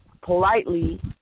politely